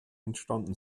entstanden